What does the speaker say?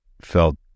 felt